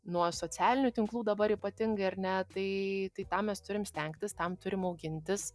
nuo socialinių tinklų dabar ypatingai ar ne tai tai tą mes turim stengtis tam turim augintis